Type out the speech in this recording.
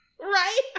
Right